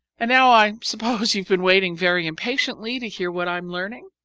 and now i suppose you've been waiting very impatiently to hear what i am learning?